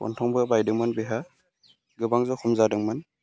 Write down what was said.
गनथंबो बायदोंमोन बेहा गोबां जखम जादोंमोन